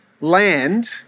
land